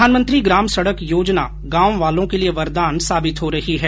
प्रधानमंत्री ग्राम सड़क योजना गांव वालों के लिये वरदान साबित हो रही है